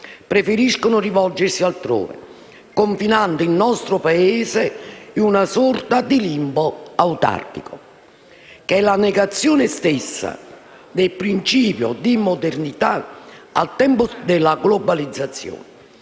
preferiscono rivolgersi altrove, confinando il nostro Paese in una sorta di limbo autarchico, che è la negazione stessa del principio di modernità al tempo della globalizzazione.